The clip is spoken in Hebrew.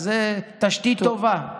זאת תשתית טובה.